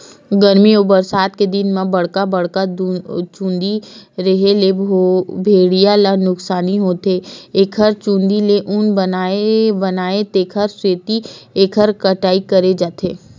गरमी अउ बरसा के दिन म बड़का बड़का चूंदी रेहे ले भेड़िया ल नुकसानी होथे एखर चूंदी ले ऊन बनथे तेखर सेती एखर कटई करे जाथे